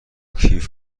کیف